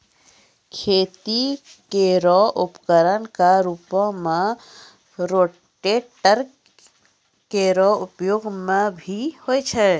खेती केरो उपकरण क रूपों में रोटेटर केरो उपयोग भी होय छै